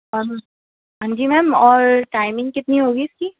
ہان جی میم اور ٹائمنگ کتنی ہوگی اس کی